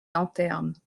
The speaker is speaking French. lanternes